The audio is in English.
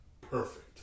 perfect